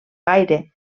gaire